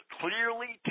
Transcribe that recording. clearly